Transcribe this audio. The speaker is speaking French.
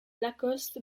lacoste